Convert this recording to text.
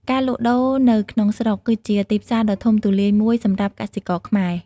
ការលក់ដូរនៅក្នុងស្រុក គឺជាទីផ្សារដ៏ធំទូលាយមួយសម្រាប់កសិករខ្មែរ។